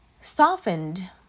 softened